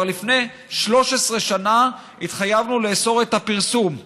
כבר לפני 13 שנה התחייבנו לאסור את הפרסום.